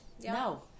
No